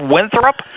Winthrop